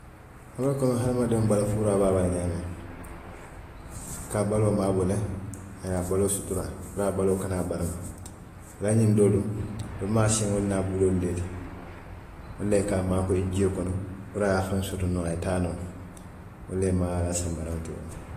Wore kono hamadiŋo bala fuuraa be a bala ñaamiŋ, a ka a baloo maabo le, a ye a baloo sutura, puru a baloo kana barama a la ñiŋ doo duŋ, wolu maa a siŋolu niŋ a buloolu le ti, wolu le ka a maakoyi jio kono, puru a ye a faŋ soto noo a ye taa noo, wolu lemu a la sanbaraŋo ti woo